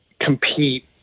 compete